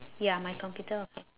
ya my computer okay